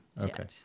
okay